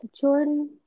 Jordan